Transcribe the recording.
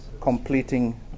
completing